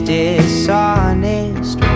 dishonest